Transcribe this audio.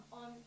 on